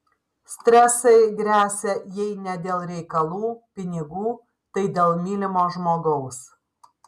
stresai gresia jei ne dėl reikalų pinigų tai dėl mylimo žmogaus